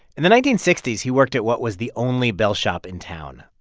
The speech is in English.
in the nineteen sixty s, he worked at what was the only bell shop in town,